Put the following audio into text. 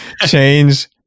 change